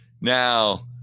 Now